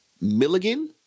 Milligan